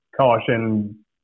caution